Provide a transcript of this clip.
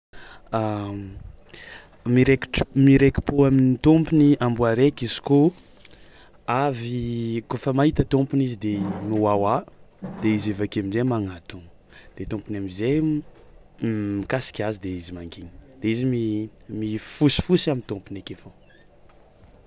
Mirekitry- Mireki-pô amin'ny tômpiny amboà raiky izy koa avyy koa afa mahita tômpiny izyy de mihoàhoà de izy avake aminjay magnantogno de tômpiny amin'izay mikasiky azy de izy mangigny de mi- mifosifosy amin'ny tômpiny akeo fôgna.